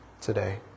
today